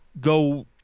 Go